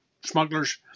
smugglers